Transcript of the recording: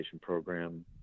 program